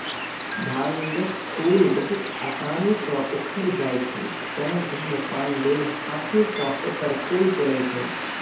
भांगक फूल बहुत आसानी सं उखड़ि जाइ छै, तें धुम्रपान लेल हाथें सं एकर फूल चुनै छै